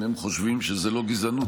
אם הם חושבים שזו לא גזענות,